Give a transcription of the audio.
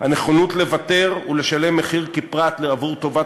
"הנכונות לוותר ולשלם מחיר כפרט עבור טובת